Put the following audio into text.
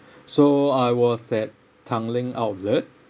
so I was at Tanglin outlet